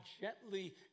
gently